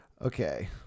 Okay